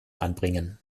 anbringen